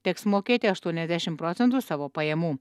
teks mokėti aštiuoniasdešim procentų savo pajamų